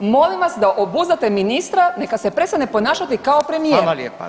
Molim vas da obuzdate ministra, neka se prestane ponašati kao premijer.